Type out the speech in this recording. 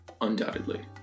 Undoubtedly